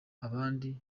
abandi